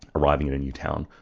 arriving in new town,